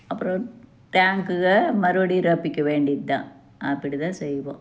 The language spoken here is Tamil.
அப்பறம் டேங்க்குக மறுபடியும் ரொப்பிக்க வேண்டிதான் அப்படி தான் செய்வோம்